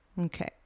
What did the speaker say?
okay